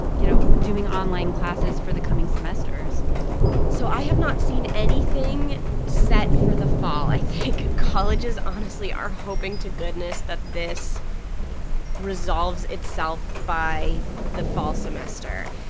you know, doing online classes for the coming semesters so i have not seen anything set for the fall. i think colleges honestly are hoping to goodness that this resolves itself by the fall semester.